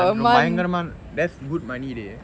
eh பயங்கரமா:bayangramaa that's good money dey